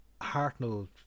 Hartnell